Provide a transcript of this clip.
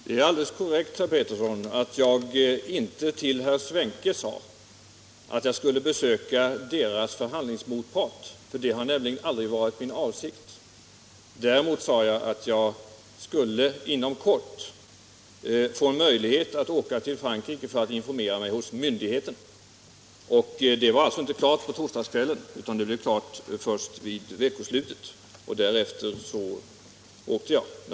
Herr talman! Det är alldeles korrekt, herr Pettersson i Lund, att jag inte sade till herr Svenke att jag skulle besöka kärnbränslebolagets förhandlingsmotpart. Det var nämligen inte min avsikt att göra det. Däremot sade jag att jag inom kort skulle få möjlighet att åka till Frankrike för att informera mig hos myndigheterna där. Det var inte klart på torsdagskvällen utan blev klart först vid veckoslutet, och därefter åkte jag.